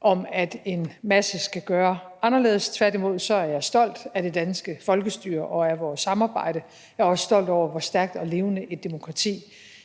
om, at en masse skal gøres anderledes. Tværtimod er jeg stolt af det danske folkestyre og af vores samarbejde. Jeg er også stolt over, hvor stærkt og levende et demokrati